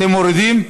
אתם מורידים?